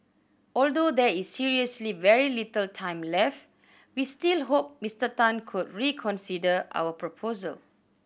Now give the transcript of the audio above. although there is seriously very little time left we still hope Mister Tan could reconsider our proposal